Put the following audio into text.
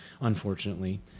unfortunately